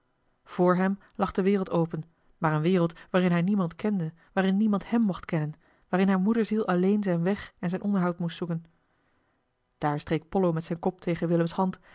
vr hem lag de wereld open maar eene wereld waarin hij niemand kende waarin niemand hem mocht kennen waarin hij moederziel alleen zijn weg en zijn onderhoud moest zoeken daar streek pollo met zijn kop tegen willems hand